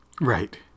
Right